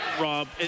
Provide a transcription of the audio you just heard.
Rob